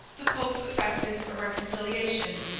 the pope effected a reconciliation.